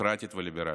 דמוקרטית וליברלית.